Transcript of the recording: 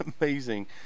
amazing